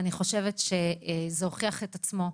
אני חושבת שזה הוכיח את עצמו,